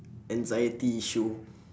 anxiety issue